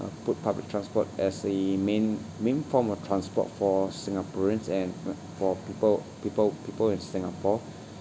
put public transport as a main main form of transport for singaporeans and for people people people in singapore